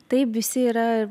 taip visi yra